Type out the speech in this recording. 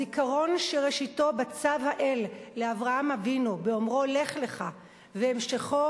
הזיכרון שראשיתו בצו האל לאברהם אבינו באומרו "לך לך" והמשכו